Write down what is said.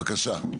בבקשה.